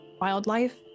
wildlife